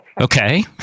Okay